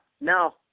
No